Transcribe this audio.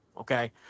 Okay